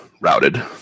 routed